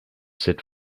set